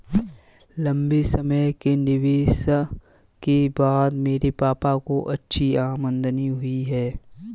लंबे समय के निवेश के बाद मेरे पापा को अच्छी आमदनी हुई है